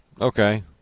Okay